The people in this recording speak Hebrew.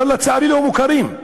אבל, לצערי, לא מוכרים.